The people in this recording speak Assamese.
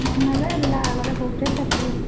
মন নাযায় এইবিলাক আগতে সৰুতে চাইছিলোঁ